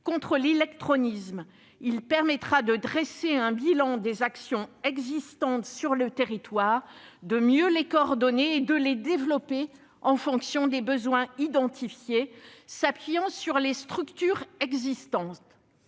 contre l'illectronisme. Cela permettra de dresser un bilan des actions existantes sur le territoire, de mieux les coordonner et de les développer en fonction des besoins identifiés et en s'appuyant sur les structures existantes.